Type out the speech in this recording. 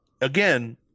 Again